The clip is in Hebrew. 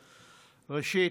ראשית,